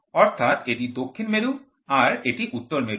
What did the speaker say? অর্থাৎ এটি দক্ষিণ মেরু আর এটি উত্তর মেরু